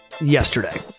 yesterday